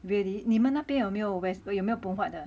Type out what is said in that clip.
really 你们那边有没有 west 有没有 phoon huat 的